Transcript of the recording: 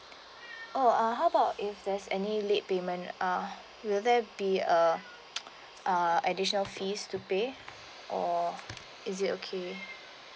oh uh how about if there's any late payment uh will there be a uh additional fees to pay or is it okay